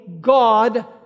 God